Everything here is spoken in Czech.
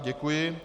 Děkuji.